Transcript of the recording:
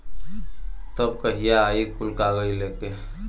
तब कहिया आई कुल कागज़ लेके?